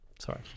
Sorry